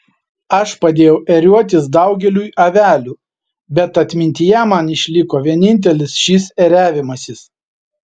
aš padėjau ėriuotis daugeliui avelių bet atmintyje man išliko vienintelis šis ėriavimasis